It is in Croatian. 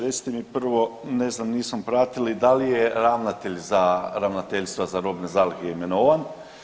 Recite mi prvo, ne znam nisam pratili da li je ravnatelj Ravnateljstva za robne zalihe imenovan?